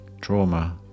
trauma